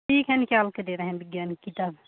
ठीक है निकाल कर दे रहे हैं विज्ञान की किताब